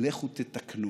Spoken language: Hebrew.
לכו תתקנו